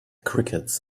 crickets